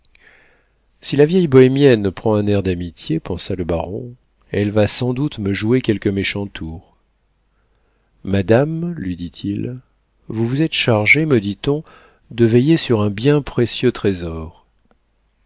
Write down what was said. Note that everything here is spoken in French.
si la vieille bohémienne prend un air d'amitié pensa le baron elle va sans doute me jouer quelque méchant tour madame lui dit-il vous vous êtes chargée me dit-on de veiller sur un bien précieux trésor